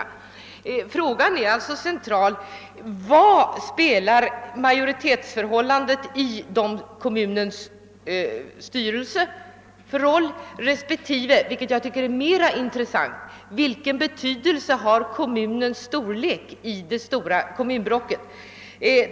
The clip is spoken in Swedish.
Den centrala frågan är alltså: Vad spelar majoritetsförhållandet inom kommunens styrelse för roll respektive — vilket jag tycker är mera intressant — vilken betydelse har kommunens storlek i det stora kommunblocket?